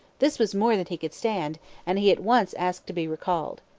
this was more than he could stand and he at once asked to be recalled.